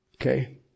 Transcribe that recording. Okay